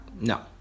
No